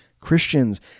Christians